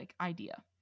idea